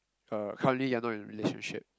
uh currently you are not in a relationship